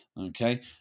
Okay